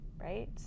right